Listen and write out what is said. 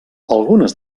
algunes